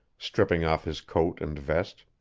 stripping off his coat and vest.